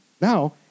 Now